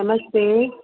नमस्ते